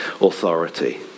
authority